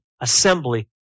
assembly